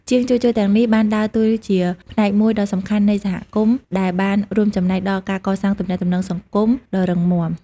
ជាងជួសជុលទាំងនេះបានដើរតួជាផ្នែកមួយដ៏សំខាន់នៃសហគមន៍ដែលបានរួមចំណែកដល់ការកសាងទំនាក់ទំនងសង្គមដ៏រឹងមាំ។